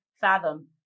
fathom